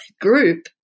group